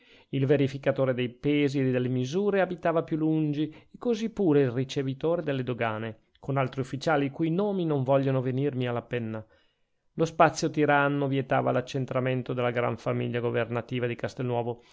il verificatore dei pesi e misure abitava più lungi e così pure il ricevitore delle dogane con altri ufficiali i cui nomi non vogliono venirmi alla penna lo spazio tiranno vietava l'accentramento della gran famiglia governativa di castelnuovo